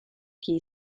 key